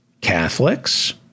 Catholics